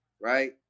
right